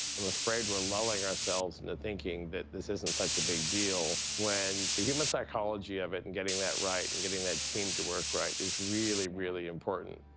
i'm afraid we're lulling ourselves into and thinking that this isn't such a big deal when the human psychology of it and getting that right and getting that team to work right is really, really important.